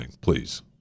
please